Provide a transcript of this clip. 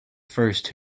first